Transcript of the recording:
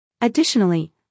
Additionally